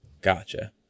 Gotcha